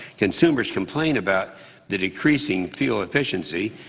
consumers complain about the decreasing fuel efficiency,